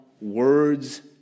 words